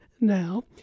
now